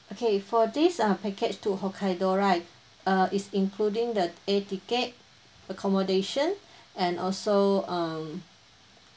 okay for this uh package to hokkaido right uh it's including the air ticket accommodation and also um